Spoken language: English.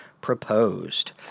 proposed